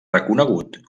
reconegut